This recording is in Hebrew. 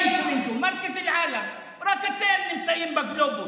חברת הכנסת בן ארי.